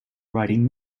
writing